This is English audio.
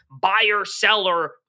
buyer-seller